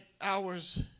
hours